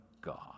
God